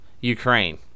Ukraine